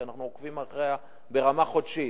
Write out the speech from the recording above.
שאנחנו עוקבים אחריה ברמה חודשית,